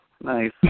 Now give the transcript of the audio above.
Nice